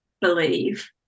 believe